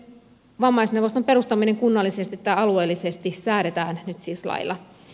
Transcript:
vammaisneuvoston perustaminen kunnallisesti tai alueellisesti säädetään nyt siis lailla